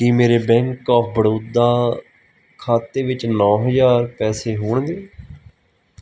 ਕੀ ਮੇਰੇ bank of Baroda ਖਾਤੇ ਵਿੱਚ ਨੌਂ ਹਜ਼ਾਰ ਪੈਸੇ ਹੋਣਗੇ